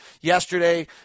yesterday